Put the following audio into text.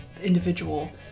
individual